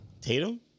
Tatum